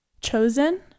chosen